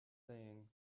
saying